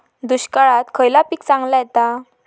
दुष्काळात खयला पीक चांगला येता?